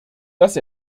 dass